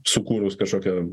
sukūrus kažkokią